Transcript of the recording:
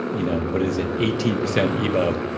you know what is it? eighteen percent ibo.